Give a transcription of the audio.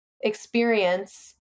experience